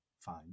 fine